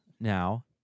now